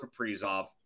kaprizov